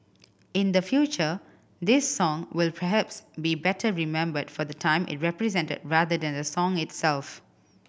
in the future this song will perhaps be better remembered for the time it represented rather than the song itself